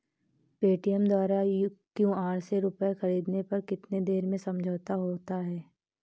Paytm द्वारा QR से रूपए ख़रीदने पर कितनी देर में समझौता होता है?